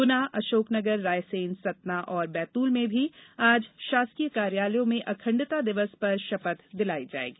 गुना अशोकनगर रायसेन सतना और बैतूल में भी आज शासकीय कार्यालयों में अखंडता दिवस पर शपथ दिलाई जायेगी